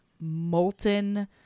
molten